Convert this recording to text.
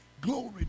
glory